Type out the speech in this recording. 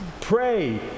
pray